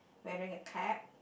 wearing a cap